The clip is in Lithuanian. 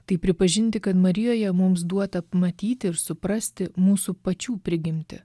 tai pripažinti kad marijoje mums duota pamatyti ir suprasti mūsų pačių prigimtį